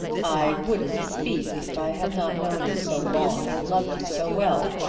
i wouldn't speak if i had not known you so long, and loved you so well.